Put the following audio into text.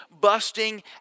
busting